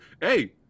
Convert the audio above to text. Hey